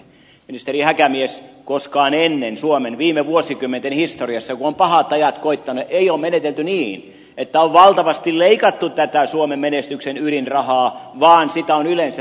ministeri häkämies koskaan ennen suomen viime vuosikymmenten historiassa kun ovat pahat ajat koittaneet ei ole menetelty niin että on valtavasti leikattu tätä suomen menestyksen ydinrahaa vaan sitä on yleensä lisätty